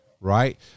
right